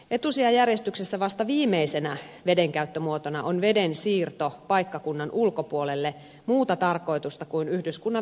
etusijajärjestyksessä vasta viimeisenä vedenkäyttömuotona on veden siirto paikkakunnan ulkopuolelle muuta tarkoitusta kuin yhdyskunnan vesihuoltoa varten